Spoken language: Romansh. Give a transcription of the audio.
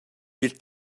pil